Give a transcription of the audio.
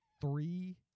three